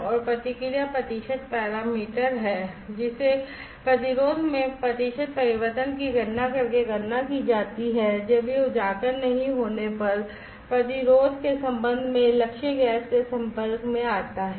और प्रतिक्रिया प्रतिशत पैरामीटर है जिसे प्रतिरोध में प्रतिशत परिवर्तन की गणना करके गणना की जाती है जब यह उजागर नहीं होने पर प्रतिरोध के संबंध में लक्ष्य गैस के संपर्क में आता है